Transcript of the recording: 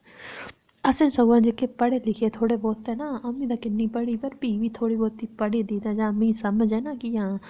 असें सगुआं जेह्के पढ़े लिखे दे थोह्ड़े बहुत ना अं'ऊ ते किन्नी पढ़ी दी पर मिगी समझ ऐ ना कि आं